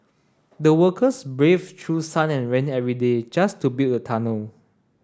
the workers braved through sun and rain every day just to build a tunnel